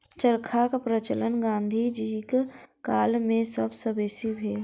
चरखाक प्रचलन गाँधी जीक काल मे सब सॅ बेसी भेल